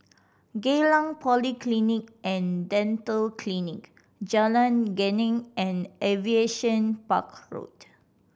Geylang Polyclinic And Dental Clinic Jalan Geneng and Aviation Park Road